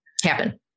Happen